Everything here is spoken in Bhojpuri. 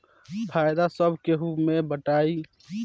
फायदा सब केहू मे बटाई